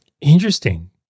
Interesting